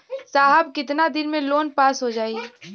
साहब कितना दिन में लोन पास हो जाई?